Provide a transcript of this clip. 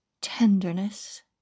Tenderness